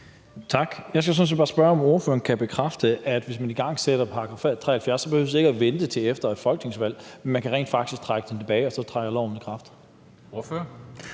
Tak. Jeg skal sådan set bare spørge, om ordføreren kan bekræfte, at hvis man igangsætter § 73, behøver vi ikke vente til efter et folketingsvalg, men at man rent faktisk kan trække det tilbage, og så træder loven i kraft. Kl.